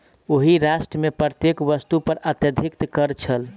ओहि राष्ट्र मे प्रत्येक वस्तु पर अत्यधिक कर छल